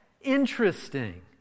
interesting